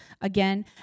again